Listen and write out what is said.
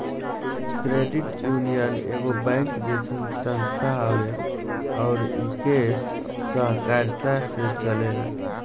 credit union एगो bank जइसन संस्था हवे अउर इ के सहकारिता से चलेला